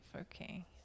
Okay